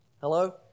Hello